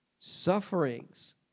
sufferings